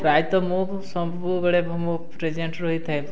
ପ୍ରାୟତଃ ମୁଁ ସବୁବେଳେ ମୁଁ ପ୍ରେଜେଣ୍ଟ ରହିଥାଏ